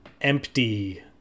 empty